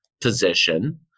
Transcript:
position